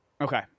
Okay